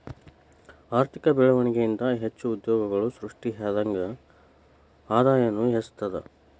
ಆರ್ಥಿಕ ಬೆಳ್ವಣಿಗೆ ಇಂದಾ ಹೆಚ್ಚು ಉದ್ಯೋಗಗಳು ಸೃಷ್ಟಿಯಾದಂಗ್ ಆದಾಯನೂ ಹೆಚ್ತದ